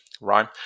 right